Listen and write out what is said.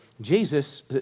Jesus